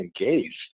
engaged